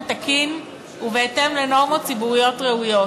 תקין ובהתאם לנורמות ציבוריות ראויות.